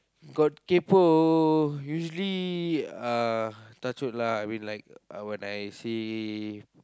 got kaypoh usually uh touch wood lah I mean like when I see